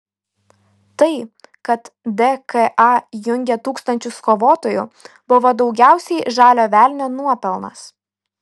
tai kad dka jungė tūkstančius kovotojų buvo daugiausiai žalio velnio nuopelnas